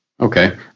Okay